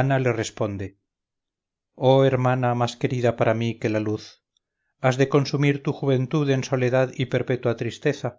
ana le responde oh hermana más querida para mí que la luz has de consumir tu juventud en soledad y perpetua tristeza